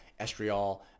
estriol